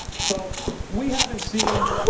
so we haven't seen